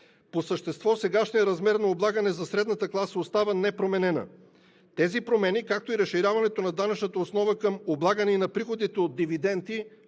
По същество сегашният размер на облагане за средната класа остава непроменен. Тези промени, както и разширяването на данъчната основа към облагане и на приходите от дивиденти,